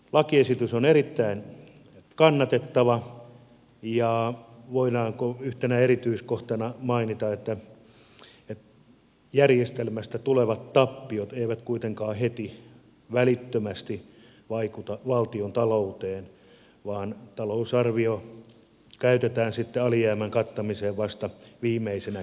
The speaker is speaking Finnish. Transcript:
lakiesitys on erittäin kannatettava ja voidaanko yhtenä erityiskohtana mainita että järjestelmästä tulevat tappiot eivät kuitenkaan heti välittömästi vaikuta valtiontalouteen vaan talousarvio käytetään sitten alijäämän kattamiseen vasta viimeisenä keinona